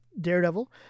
Daredevil